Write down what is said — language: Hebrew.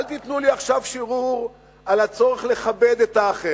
אל תיתנו לי עכשיו שיעור על הצורך לכבד את האחר.